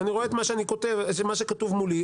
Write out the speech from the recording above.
ואני רואה את מה שכתוב מולי.